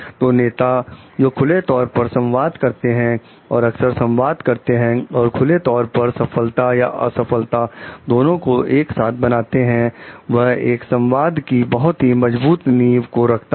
तो नेता जो खुले तौर पर संवाद करते हैं और अक्सर संवाद करते हैं और खुले तौर पर सफलता या असफलता दोनों को एक साथ बनाते हैं वह एक संवाद की बहुत ही मजबूत नींव को रखता है